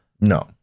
No